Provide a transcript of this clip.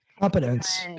Competence